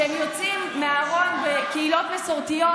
אנשים שכשהם יוצאים מהארון בקהילות מסורתיות,